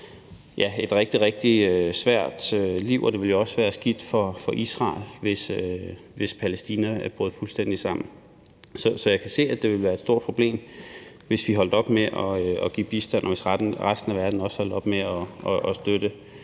et rigtig svært liv. Det ville også være skidt for Israel, hvis Palæstina brød fuldstændig sammen. Så jeg kan se, at det ville være et stort problem, hvis vi holdt op med at give bistand, og hvis resten af verden også holdt op med at støtte